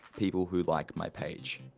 people who like my page.